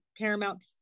paramount